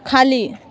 खाली